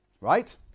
right